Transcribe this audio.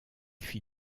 fit